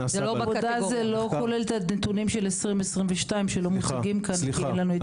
זה לא כולל את הנתונים של 2022 שלא מוצגים כאן כי אין לנו את כולם.